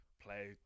play